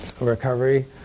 recovery